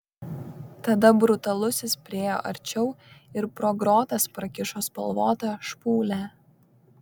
tada brutalusis priėjo arčiau ir pro grotas prakišo spalvotą špūlę